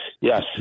yes